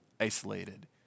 isolated